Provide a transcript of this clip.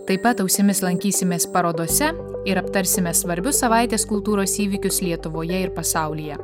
taip pat ausimis lankysimės parodose ir aptarsime svarbius savaitės kultūros įvykius lietuvoje ir pasaulyje